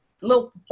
little